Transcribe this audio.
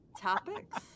Topics